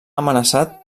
amenaçat